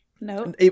No